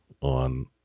on